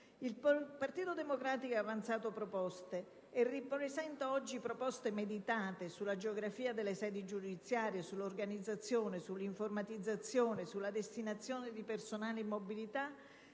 Il Partito Democratico ha avanzato, e ripresenta oggi, proposte meditate sulla geografia delle sedi giudiziarie, sull'organizzazione, sull'informatizzazione e sulla destinazione di personale in mobilità,